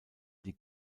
die